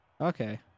Okay